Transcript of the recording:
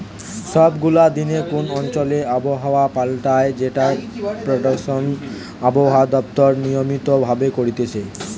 সব গুলা দিন কোন অঞ্চলে আবহাওয়া পাল্টায় যেটার প্রেডিকশন আবহাওয়া দপ্তর নিয়মিত ভাবে করতিছে